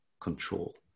control